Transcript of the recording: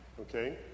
okay